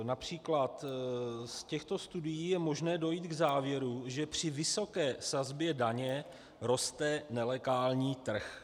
Například: Z těchto studií je možné dojít k závěru, že při vysoké sazbě daně roste nelegální trh.